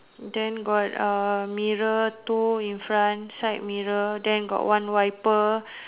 then got mirror two in front side mirror then got one wiper